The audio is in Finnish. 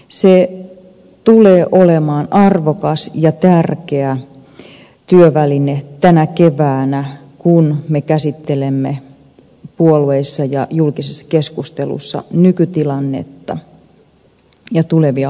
se tulee olemaan arvokas ja tärkeä työväline tänä keväänä kun me käsittelemme puolueissa ja julkisessa keskustelussa nykytilannetta ja tulevia haasteita